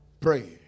Pray